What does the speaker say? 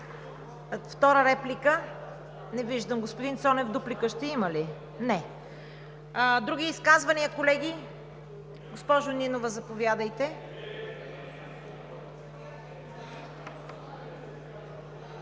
Втора реплика? Не виждам. Господин Цонев, дуплика ще има ли? Не. Други изказвания, колеги? Госпожо Нинова, заповядайте.